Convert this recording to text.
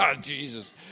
Jesus